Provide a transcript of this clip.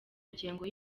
ngengo